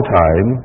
time